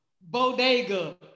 bodega